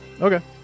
Okay